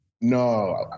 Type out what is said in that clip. No